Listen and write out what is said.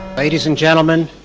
ladies and gentlemen